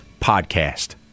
podcast